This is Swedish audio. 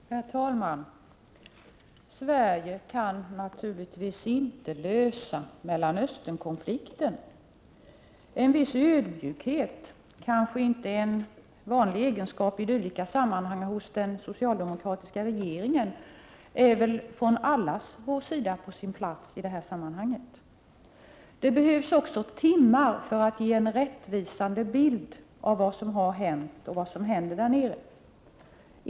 Herr talman! Sverige kan naturligtvis inte lösa Mellanösternkonflikten. En viss ödmjukhet — kanske inte en vanlig egenskap i dylika sammanhang hos den socialdemokratiska regeringen — är väl från allas vår sida på sin plats i detta sammanhang. Det behövs också timmar för att ge en rättvisande bild av vad som har hänt och vad som händer där nere.